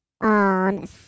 on